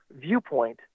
viewpoint